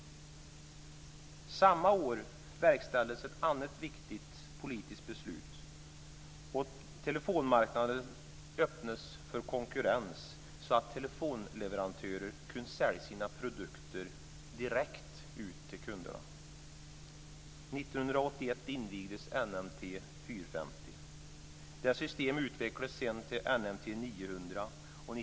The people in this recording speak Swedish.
Samma år verkställdes ett annat viktigt politiskt beslut, och telefonmarknaden öppnades för konkurrens så att telefonleverantörerna kunde sälja sina produkter direkt till kunderna. GSM.